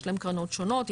יש להם קרנות שונות,